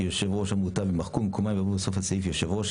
במקום המילה "שלושה" יבוא "ארבעה",